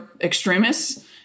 extremists